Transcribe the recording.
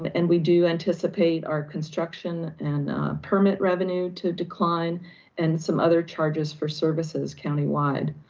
um and we do anticipate our construction and permit revenue to decline and some other charges for services countywide.